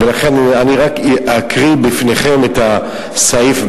ולכן רק אקריא בפניכם את הסעיף,